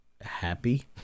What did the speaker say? happy